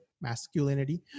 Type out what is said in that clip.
Masculinity